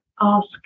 ask